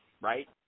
right